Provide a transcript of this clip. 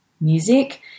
music